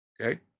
okay